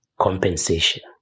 Compensation